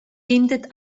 findet